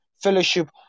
Fellowship